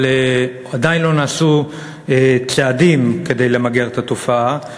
אבל עדיין לא נעשו צעדים כדי למגר את התופעה.